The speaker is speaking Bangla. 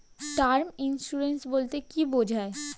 টার্ম ইন্সুরেন্স বলতে কী বোঝায়?